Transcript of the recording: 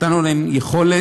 נתנו להן יכולת